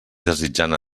desitjant